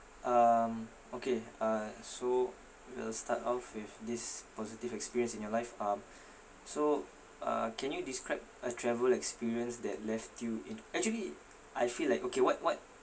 um okay uh so we'll start off with this positive experience in your life um so uh can you describe a travel experience that left you in actually I feel like okay what what